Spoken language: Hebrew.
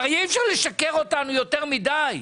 הרי אי אפשר לשקר אותנו יותר מדי.